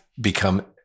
become